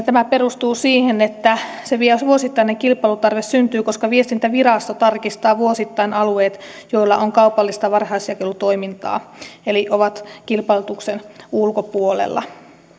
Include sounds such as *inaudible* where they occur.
*unintelligible* tämä perustuu siihen että se vuosittainen kilpailutarve syntyy koska viestintävirasto tarkistaa vuosittain alueet joilla on kaupallista varhaisjakelutoimintaa eli jotka ovat kilpailutuksen ulkopuolella